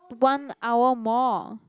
one hour more